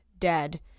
Dead